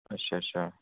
अच्छा अच्छा